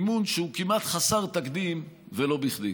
אמון שהוא כמעט חסר תקדים, ולא בכדי.